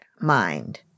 mind